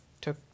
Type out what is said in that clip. took